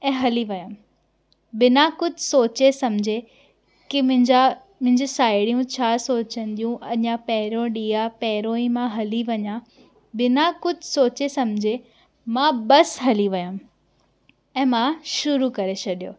ऐं हली वियमि बिना कुझु सोचे सम्झे कि मुंहिंजा मुंहिंजी साहेड़ियूं छा सोचंदियूं अञा पहरियों ॾींहुं आहे पहरियों ई मां हली वञा बिना कुझु सोचे सम्झे मां बसि हली वियमि ऐं मां शुरू करे छॾियो